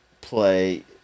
play